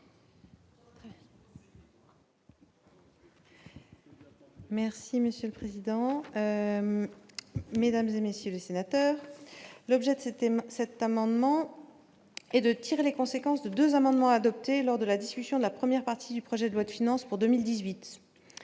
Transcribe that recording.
Merci monsieur le président, Mesdames et messieurs les sénateurs, l'objet de ces thèmes cette. Amendement et de tirer les conséquences de 2 amendements adoptés lors de la discussion de la 1ère partie du projet de loi de finances pour 2018,